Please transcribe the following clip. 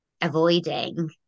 avoiding